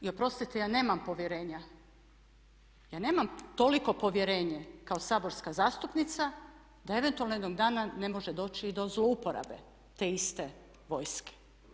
I oprostite, ja nemam povjerenja, ja nemam toliko povjerenje kao saborska zastupnica da eventualno jednog dana ne može doći i do zlouporabe te iste vojske.